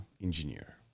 engineer